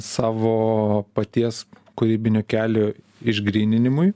savo paties kūrybinio kelio išgryninimui